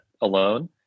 alone